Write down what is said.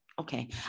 Okay